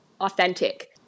authentic